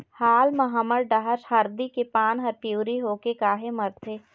हाल मा हमर डहर हरदी के पान हर पिवरी होके काहे मरथे?